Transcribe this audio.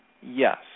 Yes